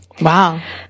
Wow